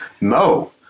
Mo